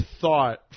thought